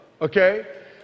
okay